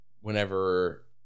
whenever